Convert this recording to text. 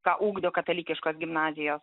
ką ugdo katalikiškos gimnazijos